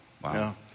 wow